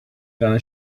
gonna